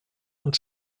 und